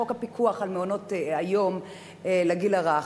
חוק הפיקוח על מעונות-היום לגיל הרך?